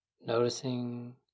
noticing